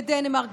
בדנמרק,